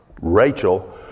Rachel